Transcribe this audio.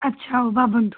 ଆଚ୍ଛା ହଉ ଭାବନ୍ତୁ